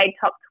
top